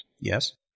Yes